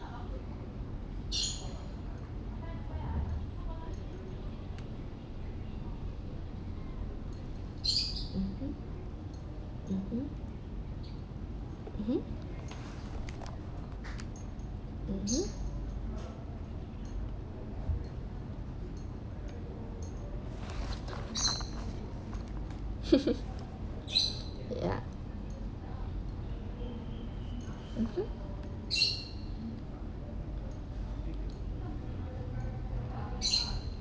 mmhmm mmhmm mmhmm mmhmm ya mmhmm